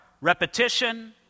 repetition